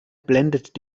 blendet